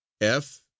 F